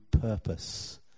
purpose